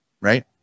right